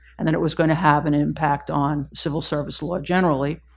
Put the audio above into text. and that it was going to have an impact on civil service law generally.